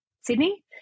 Sydney